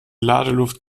ladeluft